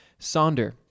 Sonder